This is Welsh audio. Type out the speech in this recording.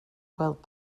gweld